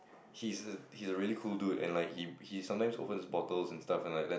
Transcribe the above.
he's he's a really cool dude and like he he sometimes open his bottles and stuff and like let